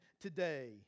today